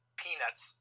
peanuts